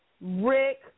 Rick